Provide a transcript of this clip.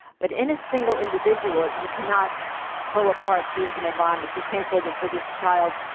but in a single individual, you cannot pull apart genes and environment. you can't say that, for this child,